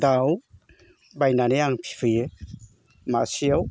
दाउ बायनानै आं फिफैयो मासेयाव